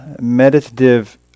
Meditative